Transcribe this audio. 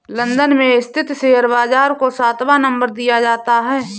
London में स्थित share बाजार को सातवां नम्बर दिया जाता है